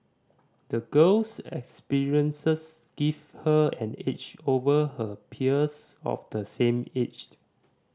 the girl's experiences gave her an edge over her peers of the same age